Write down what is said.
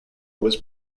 was